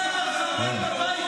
אתה האחרון בבית הזה שילמד נאורות.